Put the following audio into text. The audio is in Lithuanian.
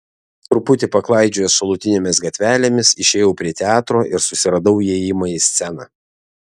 truputį paklaidžiojęs šalutinėmis gatvelėmis išėjau prie teatro ir susiradau įėjimą į sceną